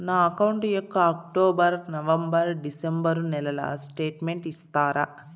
నా అకౌంట్ యొక్క October, November, December నెలల స్టేట్మెంట్ ఇస్తారా?